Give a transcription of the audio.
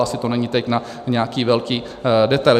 Asi to není teď na nějaký velký detail.